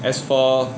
as for